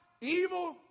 evil